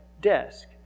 desk